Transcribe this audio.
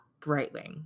brightwing